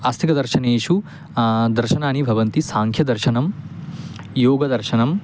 आस्तिकदर्शनेषु दर्शनानि भवन्ति साङ्ख्यदर्शनं योगदर्शनं